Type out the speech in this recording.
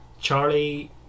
Charlie